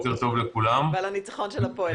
ועל הניצחון של "הפועל".